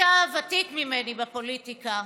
אתה ותיק ממני בפוליטיקה,